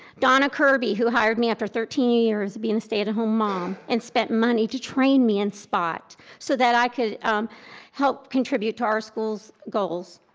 donna kirby, who hired me after thirteen years of being a stay-at-home mom and spent money to train me and spot so that i could help contribute to our schools goals.